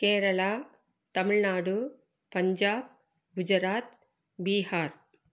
Kerala Tamil Nadu Punjab Gujarat Bihar